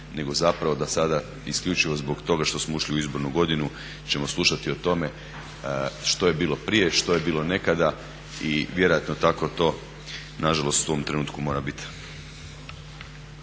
nego da sada isključivo zbog toga što smo ušli u izbornu godinu ćemo slušati o tome što je bilo prije, što je bilo nekada i vjerojatno tako to nažalost u ovom trenutku mora biti.